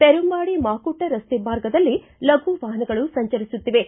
ಪೆರುಂಬಾಡಿ ಮಾಕುಟ್ಟ ರಸ್ತೆ ಮಾರ್ಗದಲ್ಲಿ ಲಘು ವಾಹನಗಳು ಸಂಚರಿಸುತ್ತಿವೆ